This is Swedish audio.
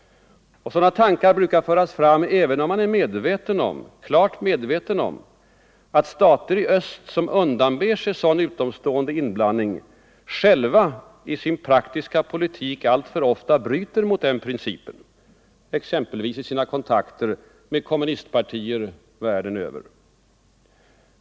Och sådana tankar brukar föras fram även om man är klart medveten om att stater i öst som undanber sig sådan utomstående inblandning själva i sin praktiska politik alltför ofta bryter mot denna princip, exempelvis i sina kontakter med kommunistpartier världen över.